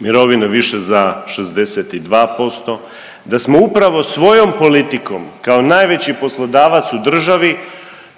mirovine više za 62%, da smo upravo svojom politikom kao najveći poslodavac u državi